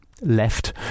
left